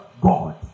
God